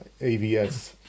avs